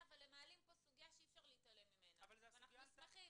אבל הם מעלים פה סוגיה שאי-אפשר להתעלם ממנה ואנחנו שמחים.